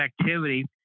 activity